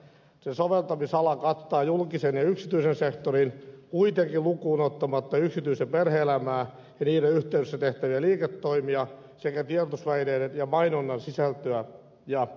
sen soveltamisala kattaa julkisen ja yksityisen sektorin kuitenkin lukuun ottamatta yksityistä perhe elämää ja sen yhteydessä tehtäviä liiketoimia sekä tiedotusvälineiden ja mainonnan sisältöä ja koulutusta